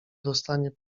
dostanie